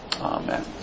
Amen